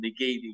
negating